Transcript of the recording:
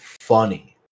funny